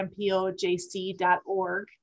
mpojc.org